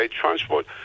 transport